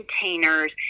containers